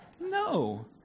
No